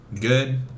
Good